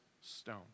stone